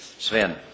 Sven